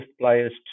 players